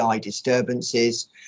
disturbances